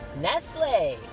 Nestle